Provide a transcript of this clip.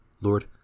Lord